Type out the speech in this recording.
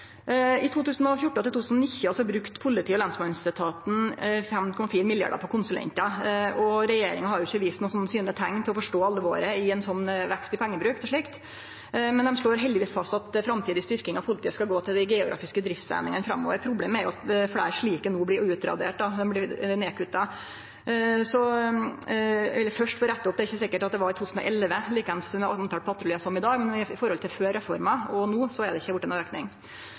brukte politi- og lensmannsetaten 5,4 mrd. kr på konsulentar. Regjeringa har ikkje vist synlege teikn på å forstå alvoret i veksten i pengebruken til slikt. Men dei slår heldigvis fast at framtidig styrking av politiet skal gå til dei geografiske driftseiningane framover. Problemet er at fleire slike no blir utraderte. Dei blir kutta ned. Eg vil først få rette opp at det ikkje er sikkert at det var i 2011 talet på patruljar var likeeins som det er i dag, men i forhold til før reforma og no er det ikkje